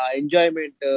enjoyment